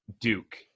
Duke